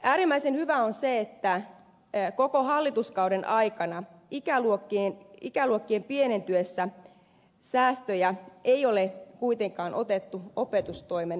äärimmäisen hyvä on se että koko hallituskauden aikana ikäluokkien pienentyessä säästöjä ei ole kuitenkaan otettu opetustoimen rahoituksesta